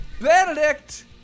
Benedict